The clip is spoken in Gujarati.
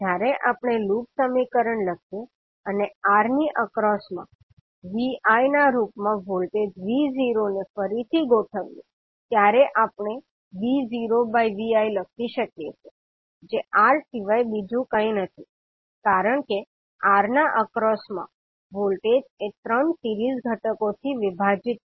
જયારે આપણે લૂપ સમીકરણ લખીએ અને R ની એક્રોસ માં 𝑉𝑖 ના રૂપ માં વોલ્ટેજ 𝑉0 ને ફરીથી ગોઠવીએ છીએ ત્યારે આપણે v0viલખી શકીએ છીએ જે R સિવાય બીજું કંઈ નથી કારણ કે R ના એક્રોસમા વોલ્ટેજ એ ૩ સિરીઝ ઘટકો થી વિભાજીત છે